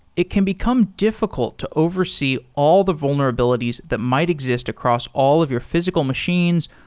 it can become diffi cult to oversee all the vulnerabilities that might exist across all of your physical machines,